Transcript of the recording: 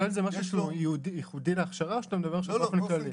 זה משהו שהוא ייחודי להכשרה או שאתה מדבר עכשיו באופן כללי?